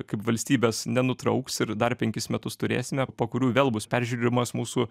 kaip valstybės nenutrauks ir dar penkis metus turėsime po kurių vėl bus peržiūrimas mūsų